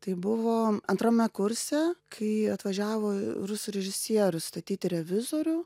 tai buvo antrame kurse kai atvažiavo rusų režisierius statyti revizorių